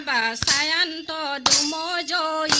um i'm margot